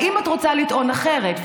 האם את רוצה לטעון אחרת?